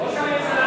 חברי חברי הכנסת,